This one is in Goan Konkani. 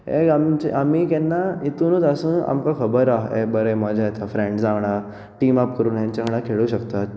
हें आमचे आमी केन्ना हितुनूत आसू आमकां खबर आसा बरें मजा येता फ्रँड्सां वांगडा टिम आप करून तेंचे वांगडा खेळू शकतात